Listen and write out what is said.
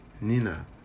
nina